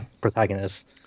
protagonist